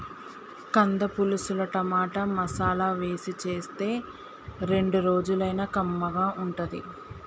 కంద పులుసుల టమాటా, మసాలా వేసి చేస్తే రెండు రోజులైనా కమ్మగా ఉంటది